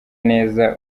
neza